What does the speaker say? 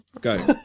Go